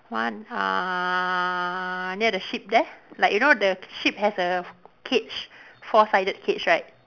one uh near the sheep there like you know the sheep has a cage four sided cage right